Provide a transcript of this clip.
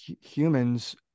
humans